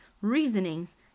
reasonings